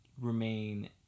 remain